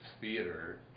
theater